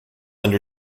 under